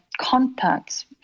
contacts